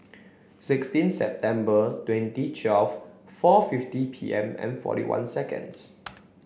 sixteen September twenty twelve four fifty P M and forty one seconds